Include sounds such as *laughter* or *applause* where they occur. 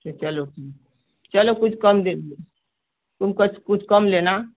अच्छा चलो *unintelligible* चलो कुछ कम दे *unintelligible* तुम कछ कुछ कम लेना